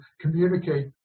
communicate